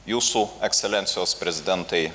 jūsų ekscelencijos prezidentai